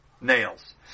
Nails